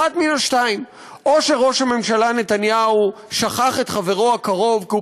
אחת מן השתיים: או שראש הממשלה נתניהו שכח את חברו הקרוב כי הוא